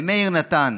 למאיר נתן